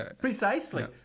precisely